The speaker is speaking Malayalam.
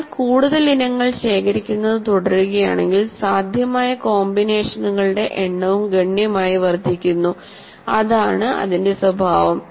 നമ്മൾ കൂടുതൽ ഇനങ്ങൾ ശേഖരിക്കുന്നത് തുടരുകയാണെങ്കിൽ സാധ്യമായ കോമ്പിനേഷനുകളുടെ എണ്ണവും ഗണ്യമായി വർദ്ധിക്കുന്നു അതാണ് അതിന്റെ സ്വഭാവം